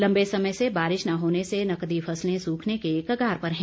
लम्बे समय से बारिश न होने से नकदी फसलें सूखने के कगार पर है